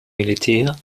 militär